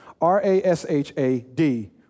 R-A-S-H-A-D